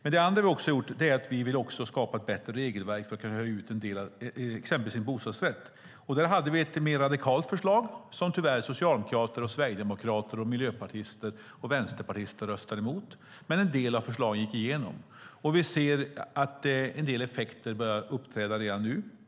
Ett annat sätt är att skapa ett bättre regelverk för att hyra ut exempelvis en bostadsrätt. Där hade vi ett mer radikalt förslag som tyvärr socialdemokrater, sverigedemokrater, miljöpartister och vänsterpartister röstade emot. Men en del av förslagen gick igenom. Vi ser att en del effekter börjar uppträda redan nu.